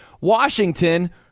Washington